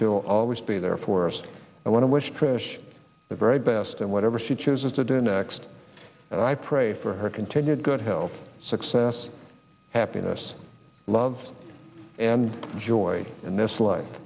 chill always be there for us i want to wish trish the very best and whatever she chooses to do next and i pray for her continued good health success happiness love and joy in this life